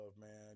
man